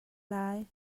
lai